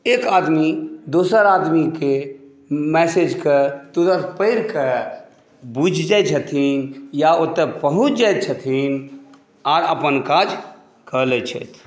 एक आदमी दोसर आदमीके मैसेजके तुरत पैढ़के बुझि जाइ छथिन या ओतऽ पहुँच जाइ छथिन आ अपन काज कऽ लै छैथ